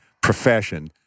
profession